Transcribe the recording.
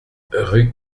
rue